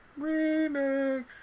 Remix